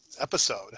episode